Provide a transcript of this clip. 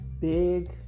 Big